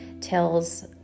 tells